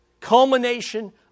culmination